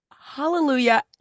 hallelujah